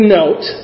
note